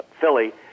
Philly